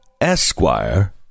Esquire